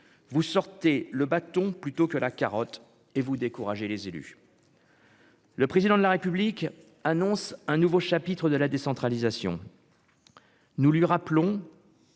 vous sortez le bâton plutôt que la carotte et vous décourager les élus. Le président de la République annonce un nouveau chapitre de la décentralisation, nous lui rappelons